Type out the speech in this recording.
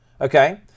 Okay